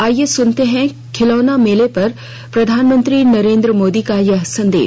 आइये सुनते हैं खिलौना मेला पर प्रधानमंत्री नरेन्द्र मोदी का यह संदेश